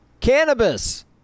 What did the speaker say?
Cannabis